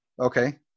Okay